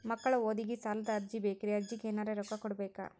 ಮಕ್ಕಳ ಓದಿಗಿ ಸಾಲದ ಅರ್ಜಿ ಬೇಕ್ರಿ ಅರ್ಜಿಗ ಎನರೆ ರೊಕ್ಕ ಕೊಡಬೇಕಾ?